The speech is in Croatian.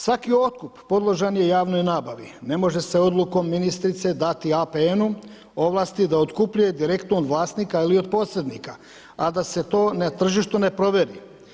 Svaki otkup podložen je javnoj nabavi, ne može se odlukom ministrice dati APN-u ovlasti da otkupljuje direktno od vlasnika ili od posrednika, a da se to na tržištu ne provjeri.